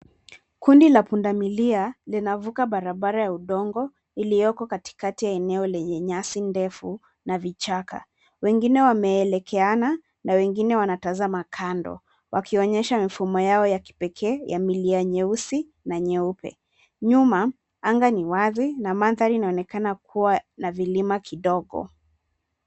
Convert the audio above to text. Kundi la pundamilia linavuka barabara ya udongo ilioko katikati ya sehemu yenye nyasi ndefu na vichaka. Wengine wameelekeana na wengine wanatazama kando wakionyesha mifumo yao ya kipekee ya milia nyeusi na nyeupe. Nyuma, anga ni wazi na mandhari inaonekana kuwa na vilima kidogo.